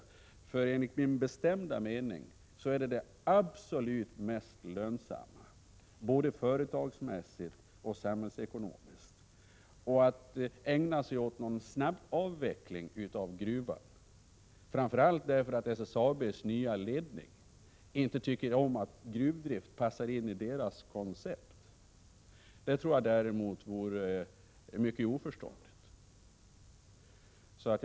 Enligt min bestämda mening är detta det absolut mest lönsamma, både företagsekonomiskt och samhällsekonomiskt. Att ägna sig åt snabbavveckling av gruvan därför att framför allt SSAB:s nya ledning inte tycker att gruvdrift passar in i deras koncept vore däremot mycket oförståndigt.